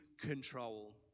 control